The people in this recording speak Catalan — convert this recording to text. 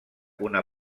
una